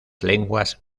lenguas